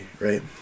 right